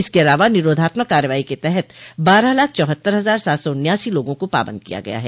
इसके अलावा निराधात्मक कार्रवाई क तहत बारह लाख चौहत्तर हजार सात सौ उन्यासी लोगों को पाबंद किया गया है